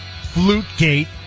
FluteGate